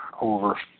over